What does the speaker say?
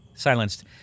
Silenced